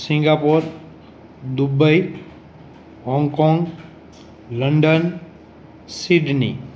Singapore Dubai Hong Kong London Sydney